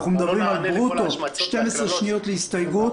אנחנו מדברים על ברוטו של 12 שניות להסתייגות,